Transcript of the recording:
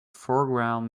foreground